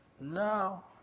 No